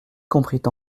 comprit